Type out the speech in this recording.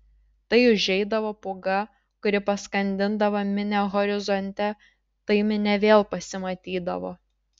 tai užeidavo pūga kuri paskandindavo minią horizonte tai minia vėl pasimatydavo